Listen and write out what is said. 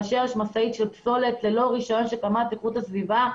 כאשר יש משאית של פסולת ללא רישיון של קמ"ט איכות הסביבה,